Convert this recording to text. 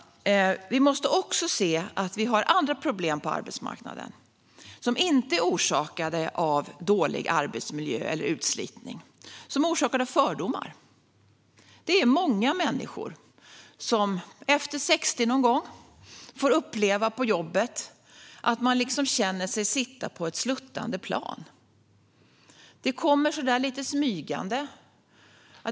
Vi måste också se att vi har andra problem på arbetsmarknaden, vilka inte är orsakade av dålig arbetsmiljö och utslitning utan av fördomar. Det är många människor som någon gång efter 60 får uppleva på jobbet att de känner sig sitta på ett sluttande plan. Det kommer så där lite smygande.